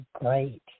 Great